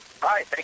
Hi